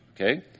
Okay